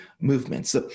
movements